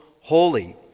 holy